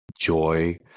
joy